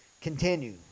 continue